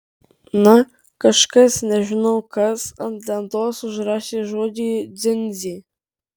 na kažkas nežinau kas ant lentos užrašė žodį dziundzė